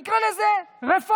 נא לסיים.